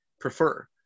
prefer